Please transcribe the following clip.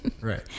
right